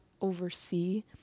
oversee